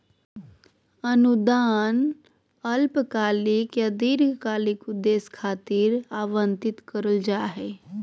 अनुदान अल्पकालिक या दीर्घकालिक उद्देश्य खातिर आवंतित करल जा हय